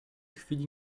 chwili